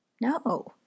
No